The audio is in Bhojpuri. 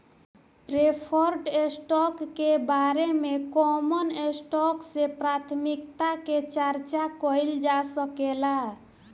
प्रेफर्ड स्टॉक के बारे में कॉमन स्टॉक से प्राथमिकता के चार्चा कईल जा सकेला